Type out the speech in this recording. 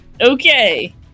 Okay